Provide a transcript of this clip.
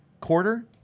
Quarter